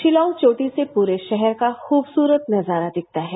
शिलांग चोटी से पूरे शहर का खूबसूरत नजारा दिखता है